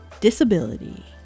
disability